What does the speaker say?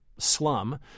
Slum